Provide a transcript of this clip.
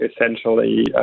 essentially